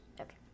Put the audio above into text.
okay